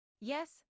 Yes